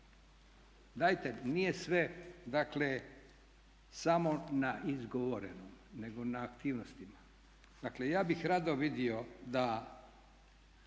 dajte nije sve dakle samo na izgovorenom nego i na aktivnostima. Dakle, ja bih rado vidio da